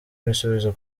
ibisubizo